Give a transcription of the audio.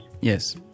Yes